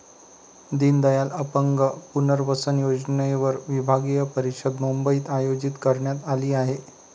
दीनदयाल अपंग पुनर्वसन योजनेवर विभागीय परिषद मुंबईत आयोजित करण्यात आली आहे